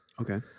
Okay